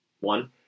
One